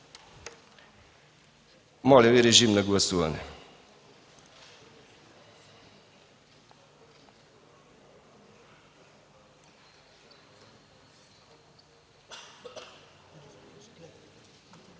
Моля, режим на гласуване